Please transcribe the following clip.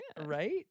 right